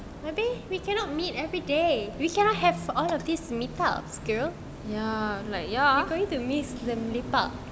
maybe we cannot meet every day we cannot have all of this meet up girl you're going to miss the lepak